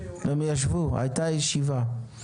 הייתה ישיבה.